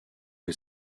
que